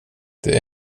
det